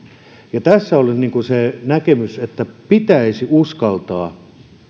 ja tässä oli se näkemys että se pitäisi uskaltaa